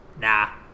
nah